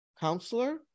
counselor